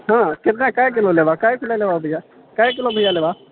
हँ कितना कै किलो लेबहक कै किलो लेबह भैआ कै किलो झींगा लेबह